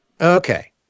Okay